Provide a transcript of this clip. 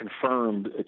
confirmed